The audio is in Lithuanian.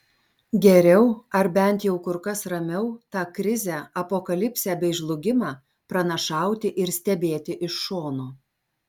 geriau ar bent jau kur kas ramiau tą krizę apokalipsę bei žlugimą pranašauti ir stebėti iš šono